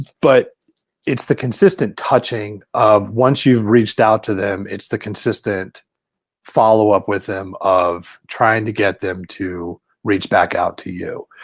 but it's the consistent touching of once you've reached out to them, it's the consistent follow-up with them of trying to get them to reach back out to you.